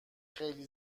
خیلی